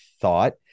thought